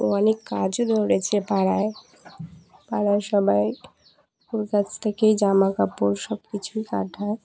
ও অনেক কাজও ধরেছে পাড়ায় পাড়ায় সবাই ওর কাছ থেকেই জামা কাপড় সব কিছুই কাটায়